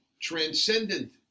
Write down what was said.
transcendent